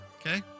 Okay